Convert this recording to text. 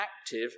active